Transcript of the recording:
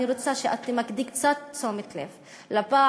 אני רוצה שאת תמקדי קצת תשומת לב בפער,